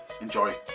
enjoy